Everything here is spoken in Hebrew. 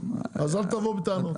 אז אל תבואו בטענות.